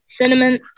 cinnamon